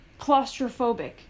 Claustrophobic